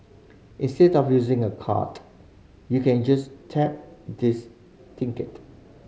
instead of using a card you can just tap this